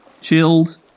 chilled